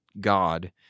God